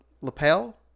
Lapel